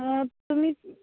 तुमी